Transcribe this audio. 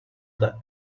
the